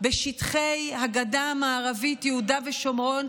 בשטחי הגדה המערבית יהודה ושומרון,